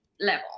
level